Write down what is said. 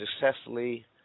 successfully